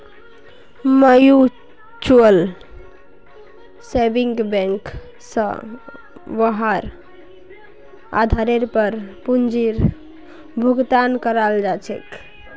mutual saving bank स वहार आधारेर पर पूंजीर भुगतान कराल जा छेक